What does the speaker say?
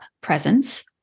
presence